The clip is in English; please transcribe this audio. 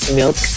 milk